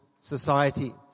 society